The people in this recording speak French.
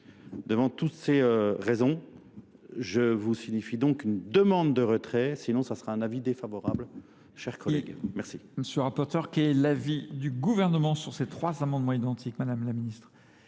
Devant toutes ces raisons, je vous signifie donc une demande de retrait, sinon ce sera un avis défavorable.